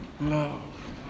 love